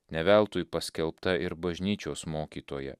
ne veltui paskelbta ir bažnyčios mokytoja